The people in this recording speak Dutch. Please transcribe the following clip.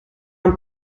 een